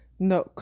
No